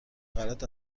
غلط